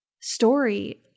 story